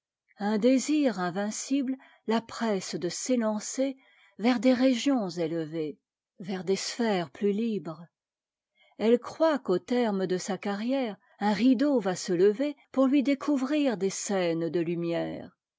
un désir invincible la presse de s'élan cer vers des régions élevées vers des sphères plus libres elle croit qu'au terme de sa carrière un rideau va se lever pour lui découvrir des scènes de lumière